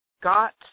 got